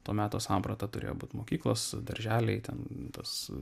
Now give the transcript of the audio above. to meto samprata turėjo būt mokyklos darželiai ten tas